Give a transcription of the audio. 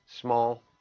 small